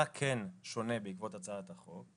מה כן שונה בעקבות הצעת החוק,